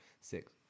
six